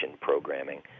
programming